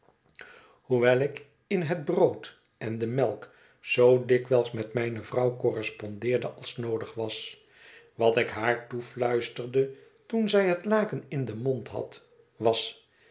hoewel ik in het brood en de melk zoo dikwijls met mijne vrouw correspondeerde als noodig was wat ik haar toefluisterde toen zij het laken in den mond had was